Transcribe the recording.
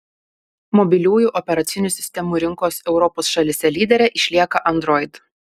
mobiliųjų operacinių sistemų rinkos europos šalyse lydere išlieka android